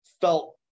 felt